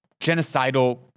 genocidal